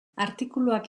artikuluak